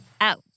out